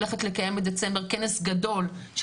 ואני גם הולכת לקיים בדצמבר כנס גדול של